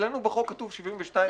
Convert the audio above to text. אצלנו בחוק כתוב 72-74,